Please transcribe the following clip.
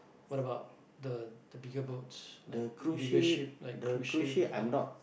what about the the bigger boats like bigger ship like cruise ship